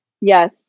Yes